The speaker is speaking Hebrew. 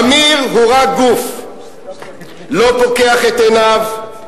אמיר הוא רק גוף, לא פוקח את עיניו,